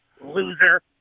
loser